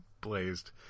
blazed